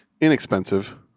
inexpensive